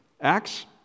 Acts